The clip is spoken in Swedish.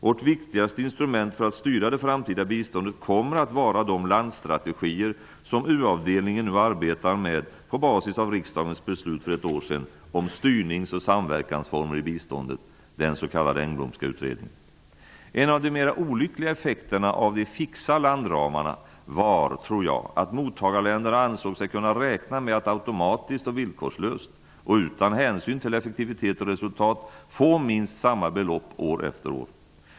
Vårt viktigaste instrument för att styra det framtida biståndet kommer att vara de landstrategier som U avdelningen nu arbetar med på basis av riksdagens beslut för ett år sedan om styrnings och samverkansformer i biståndet, den s.k. En av de mer olyckliga effekterna av de fixa landramarna var, tror jag, att mottagarländerna ansåg sig kunna räkna med att automatiskt och villkorslöst samt utan hänsyn till effektivitet och resultat få minst samma belopp år efter år.